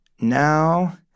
Now